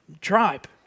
tribe